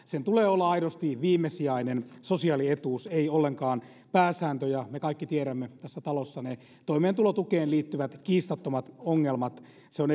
sen tulee olla aidosti viimesijainen sosiaalietuus ei ollenkaan pääsääntö ja me kaikki tiedämme tässä talossa ne toimeentulotukeen liittyvät kiistattomat ongelmat sitä on